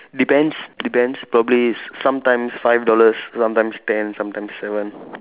depends depends probably is sometimes five dollars sometimes ten sometimes seven